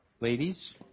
Ladies